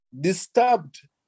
disturbed